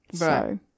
Right